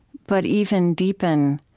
but even deepen